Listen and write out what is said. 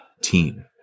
team